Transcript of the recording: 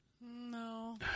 No